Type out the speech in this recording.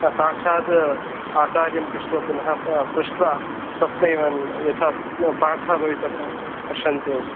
स साक्षात् आचार्यं पृष्ट्वा पुनः पृष्ट्वा तस्मै एवं यथा पाठः भवेत् तथा पश्यन्तु